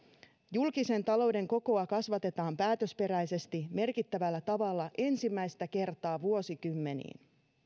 julkisen talouden kokoa kasvatetaan päätösperäisesti merkittävällä tavalla ensimmäistä kertaa vuosikymmeniin